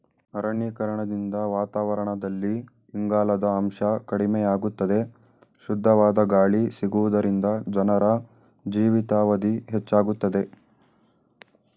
ಅರಣ್ಯೀಕರಣದಿಂದ ವಾತಾವರಣದಲ್ಲಿ ಇಂಗಾಲದ ಅಂಶ ಕಡಿಮೆಯಾಗುತ್ತದೆ, ಶುದ್ಧವಾದ ಗಾಳಿ ಸಿಗುವುದರಿಂದ ಜನರ ಜೀವಿತಾವಧಿ ಹೆಚ್ಚಾಗುತ್ತದೆ